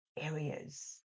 areas